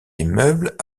immeubles